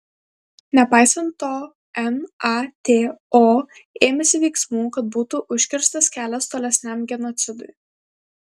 nepaisant to nato ėmėsi veiksmų kad būtų užkirstas kelias tolesniam genocidui